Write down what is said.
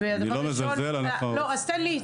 אני לא מזלזל --- תן לי,